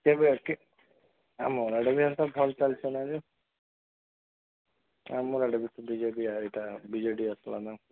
ସେ ବି ଆସିଛିି ଆମର ଆଡ଼େ ବି ଏମିତି ଭଲ ଚାଲିଥିଲା ଯେ ଆମର ଆଡ଼େ ବି ବି ଜେ ପି ଏଇଟା ବି ଜେ ଡ଼ି ଆସିଥିଲା ନା